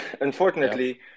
Unfortunately